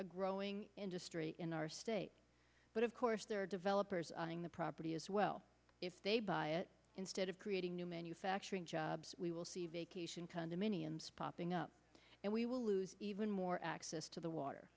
a growing industry in our state but of course there are developers eyeing the property as well if they buy it instead of creating new manufacturing jobs we will see vacation condominiums popping up and we will lose even more access to the water